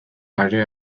are